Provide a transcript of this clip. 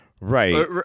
Right